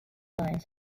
lions